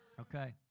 okay